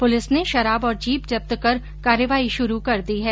police ने शराब और जीप जब्त कर कार्रवाई शुरू कर दी है